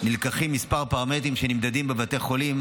נלקחים מספר פרמטרים שנמדדים בבתי החולים